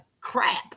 crap